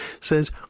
says